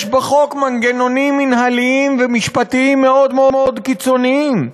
יש בחוק מנגנונים מינהליים ומשפטיים מאוד מאוד קיצוניים.